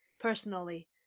personally